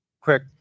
Quick